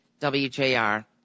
WJR